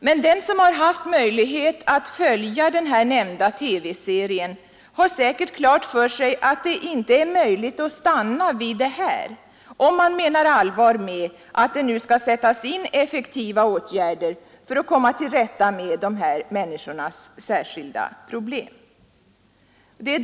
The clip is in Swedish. Men den som haft möjlighet att följa den nämnda TV-serien har säkert klart för sig att det inte är möjligt att stanna vid detta, om man menar allvar med att det nu skall sättas in effektiva åtgärder för att komma till rätta med dessa människors särskilda problem.